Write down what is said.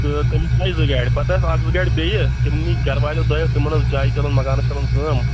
تہٕ تٔمِس ترٛاوِ زٕ گاڑِ پَتہٕ آسہٕ اَکھ زٕ گاڑِ بیٚیہِ تِم نی گَروالیو دۄیَو تِمَن ٲس جایہِ چَلان مَکانَس چَلان کٲم